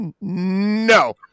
No